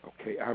Okay